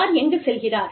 யார் எங்குச் செல்கிறார்